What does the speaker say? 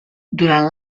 durant